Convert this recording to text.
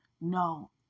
No